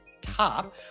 top